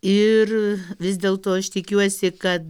ir vis dėlto aš tikiuosi kad